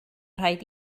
rhaid